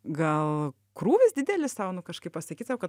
gal krūvis didelis sau nu kažkaip pasakyt sau kad